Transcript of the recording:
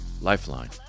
Lifeline